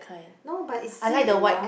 no but it's sweet you know